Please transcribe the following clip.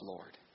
Lord